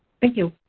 thank you.